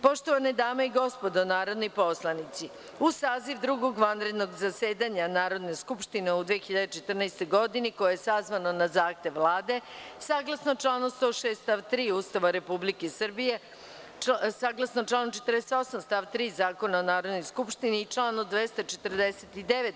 Poštovane dame i gospodo narodni poslanici, uz saziv Drugog vanrednog zasedanja Narodne skupštine u 2014. godini, koja je sazvana na zahtev Vlade, saglasno članu 106. stav 3. Ustava Republike Srbije, članu 48. stav 3. Zakona o Narodnoj skupštini i članu 249.